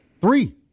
three